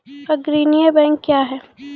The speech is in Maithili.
अग्रणी बैंक क्या हैं?